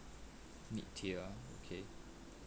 mid tier okay